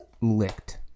licked